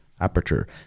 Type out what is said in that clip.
aperture